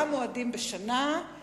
ארבעה מועדים בשנה.